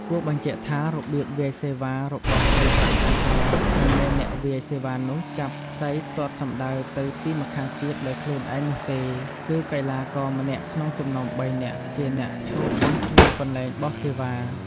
គួរបញ្ជាក់ថា របៀបវាយសេវារបស់សីប៉ាក់តាក្រមិនមែនអ្នកវាយសេវានោះចាប់សីទាត់ សំដៅទៅទីម្ខាងទៀតដោយខ្លួនឯងនោះទេ គឺកីឡាករម្នាក់ក្នុងចំណោម ៣ នាក់ជាអ្នកឈរបោះនៅកន្លែងបោះសេវា ។